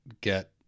get